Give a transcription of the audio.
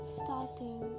starting